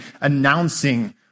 announcing